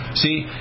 See